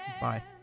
Bye